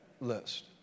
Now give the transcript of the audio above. list